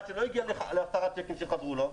אחד שלא הגיע לעשרה שיקים שחזרו לו,